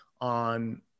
on